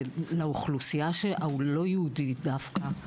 לאוכלוסייה של לא-יהודים דווקא.